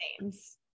names